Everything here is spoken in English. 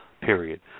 period